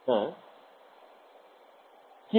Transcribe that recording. ছাত্র ছাত্রীঃ হ্যাঁ